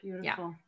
Beautiful